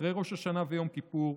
אחרי ראש השנה ויום כיפור,